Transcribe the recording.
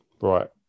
right